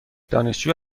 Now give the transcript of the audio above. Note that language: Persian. دانشجو